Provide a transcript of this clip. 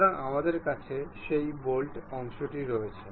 সুতরাং আমাদের কাছে সেই বোল্টের অংশটি রয়েছে